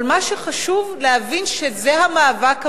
אבל מה שחשוב להבין, שזה המאבק המרכזי.